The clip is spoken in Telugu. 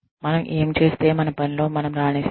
మనం ఏమి చేస్తే మన పనిలో మనం రాణిస్తాము